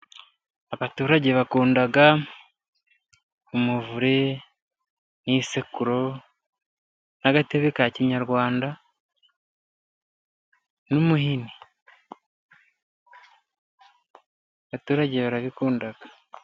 Abaturage bakundaga, umuvure, n'isekuru, n'agatebe ka kinyarwanda, n'umuhini, baturage barabikundaga.